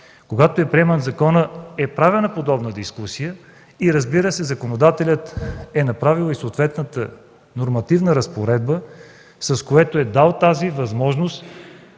когато е приеман законът, е проведена подобна дискусия и законодателят е направил съответната нормативна разпоредба, с която е дал възможност